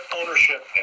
ownership